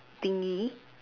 thingy